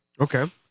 Okay